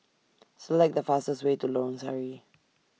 Select The fastest Way to Lorong Sari